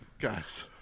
Guys